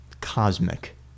Cosmic